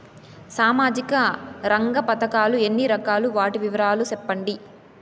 సామాజిక రంగ పథకాలు ఎన్ని రకాలు? వాటి వివరాలు సెప్పండి